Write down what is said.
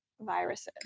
viruses